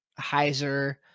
Heiser